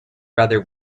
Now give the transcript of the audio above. rather